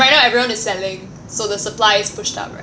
right now everyone is selling so the supply is pushed up right